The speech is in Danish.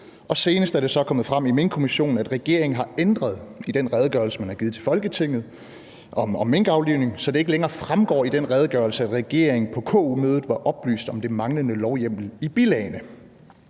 Og senest er det så kommet frem i Minkkommissionen, at regeringen har ændret i den redegørelse, man har givet til Folketinget, om minkaflivning, så det ikke længere fremgår i den redegørelse, at regeringen på KU-mødet var oplyst om den manglende lovhjemmel i bilagene.